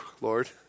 Lord